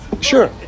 Sure